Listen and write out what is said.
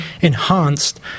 enhanced